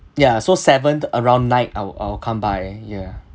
ya so seventh around night I'll I'll come by ya